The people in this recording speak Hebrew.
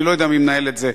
אני לא יודע מי מנהל את זה,